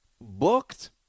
booked